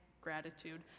gratitude